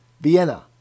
Vienna